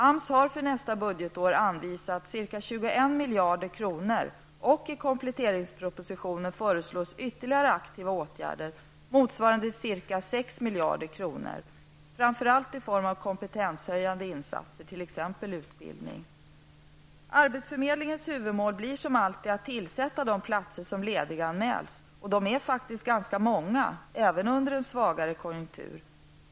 AMS har för nästa budgetår anvisats ca 21 miljarder kronor, och i kompletteringspropositionen föreslås ytterligare aktiva åtgärder motsvarande ca 6 miljarder kronor, framför allt i form av kompetenshöjande insatser, t.ex. utbildning. Arbetsförmedlingens huvudmål blir som alltid att tillsätta de platser som lediganmäls, och de är faktiskt ganska många, även under en svagare konjunktur.